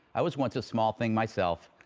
i was once a small thing myself.